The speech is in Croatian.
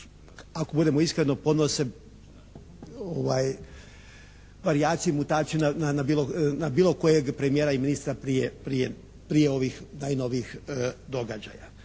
ako budemo iskreno podnose varijaciju, mutaciju na bilo, na bilo kojeg premijera i ministra prije, prije ovih najnovijih događaja.